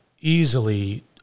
easily